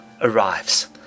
arrives